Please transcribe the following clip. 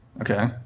Okay